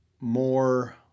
more